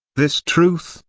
this truth,